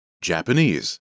Japanese